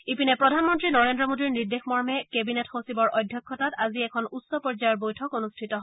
ইপিনে প্ৰধানমন্ত্ৰী নৰেন্দ্ৰ মোডীৰ নিৰ্দেশ মৰ্মে কেবিনেট সচিবৰ অধ্যক্ষতাত আজি এখন উচ্চ পৰ্যায়ৰ বৈঠক অনুষ্ঠিত হয়